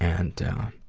and